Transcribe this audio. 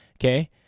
okay